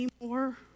anymore